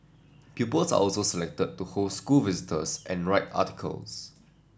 pupils are also selected to host school visitors and write articles